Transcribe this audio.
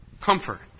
comfort